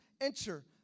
enter